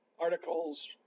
articles